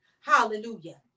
Hallelujah